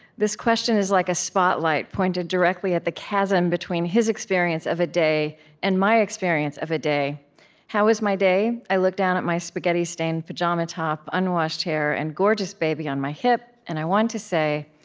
this question is like a spotlight pointed directly at the chasm between his experience of a day and my experience of a day how was my day? i look down at my spaghetti-stained pajama top, unwashed hair, and gorgeous baby on my hip, and i want to say,